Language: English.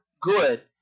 good